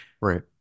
right